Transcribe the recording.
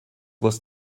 was